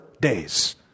days